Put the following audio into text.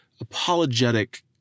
apologetic